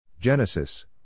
Genesis